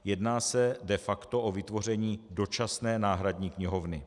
Jedná se de facto o vytvoření dočasné náhradní knihovny.